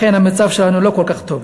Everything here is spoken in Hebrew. לכן המצב שלנו לא כל כך טוב.